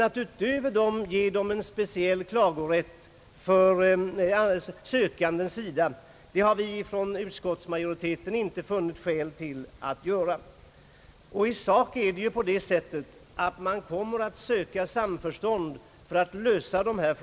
Att utöver detta ge kommunerna en speciell klagorätt för sökanden har vi inom utskottsmajoriteten inte funnit några skäl till. I praktiken blir det ju så att man kommer att söka lösa dessa frågor i samförstånd.